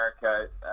America